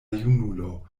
junulo